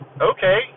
Okay